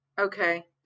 Okay